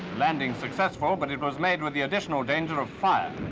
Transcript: landing successful, but it was made with the additional danger of fire.